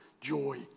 joy